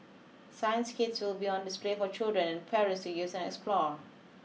science kits will be on display for children and parents to use and explore